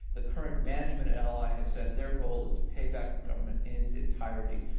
the current management at ally has said their goal is to pay back the government in its entirety.